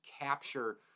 capture